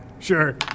Sure